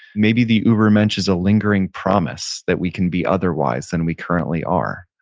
maybe the ubermensch is a lingering promise that we can be otherwise than we currently are.